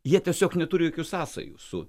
jie tiesiog neturi jokių sąsajų su